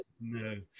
No